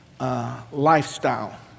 lifestyle